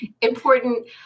important